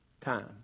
time